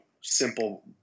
simple